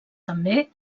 també